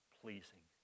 pleasing